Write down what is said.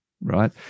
right